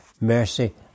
mercy